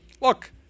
look